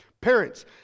Parents